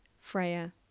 Freya